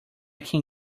can